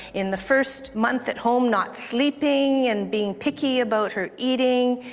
in the first month at home, not sleeping and being picky about her eating.